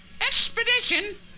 expedition